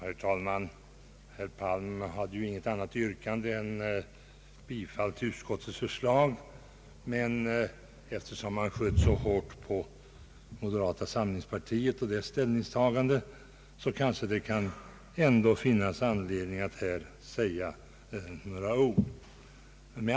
Herr talman! Herr Palm hade ju inget annat yrkande än om bifall till utskottets förslag, men eftersom han sköt så hårt på moderata samlingspartiet och dess ställningstagande i denna fråga kan det kanske ändå finnas anledning att här säga några ord.